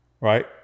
right